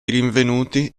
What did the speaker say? rinvenuti